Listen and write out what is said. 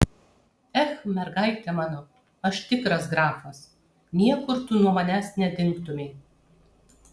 ech mergaite mano aš tikras grafas niekur tu nuo manęs nedingtumei